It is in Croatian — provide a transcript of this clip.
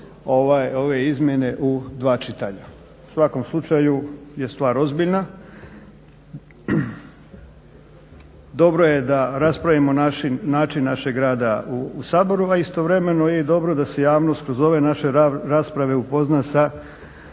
ove izmjene u dva čitanja. U svakom slučaju je stvar ozbiljna. Dobro je da raspravimo način našeg rada u Saboru, a istovremeno je dobro da se javnost kroz ove naše rasprave upozna sa